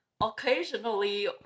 occasionally